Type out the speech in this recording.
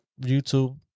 YouTube